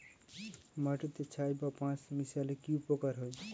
মাটিতে ছাই বা পাঁশ মিশালে কি উপকার হয়?